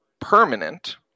permanent